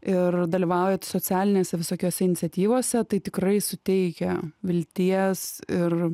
ir dalyvaujat socialinėse visokiose iniciatyvose tai tikrai suteikia vilties ir